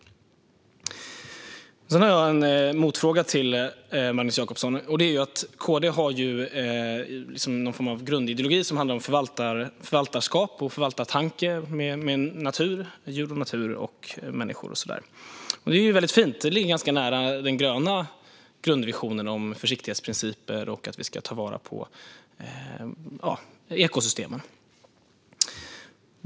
Jag har en motfråga till Magnus Jacobsson. KD har någon form av grundideologi som handlar om förvaltarskap, om en förvaltartanke med djur och natur och människor. Det är ju väldigt fint. Det ligger ganska nära den gröna grundvisionen om försiktighetsprinciper och att vi ska ta vara på ekosystemen.